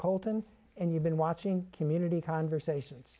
colton's and you've been watching community conversations